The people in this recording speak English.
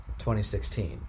2016